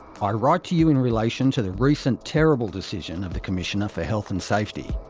i write to you in relation to the recent terrible decision of the commissioner for health and safety.